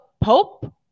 Pope